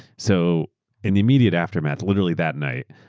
so in the immediate aftermath, literally that night,